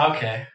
Okay